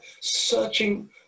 searching